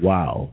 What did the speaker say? Wow